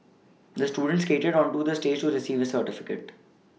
the student skated onto the stage to receive the certificate